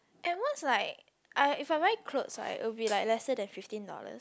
and what's like I if I wear clothes right it'll be like lesser than fifteen dollars